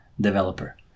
developer